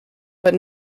but